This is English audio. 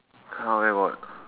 !huh! where got